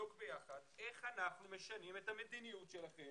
שנבדוק ביחד איך אנחנו משנים את המדיניות שלהם